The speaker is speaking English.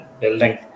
building